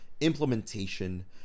implementation